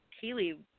Keely